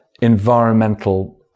environmental